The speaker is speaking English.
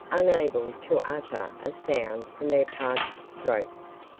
unable to utter a sound from their parched throats.